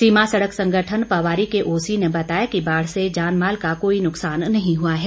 सीमा सड़क संगठन पवारी के ओसी ने बताया कि बाढ़ से जानमाल का कोई नुकसान नहीं हुआ है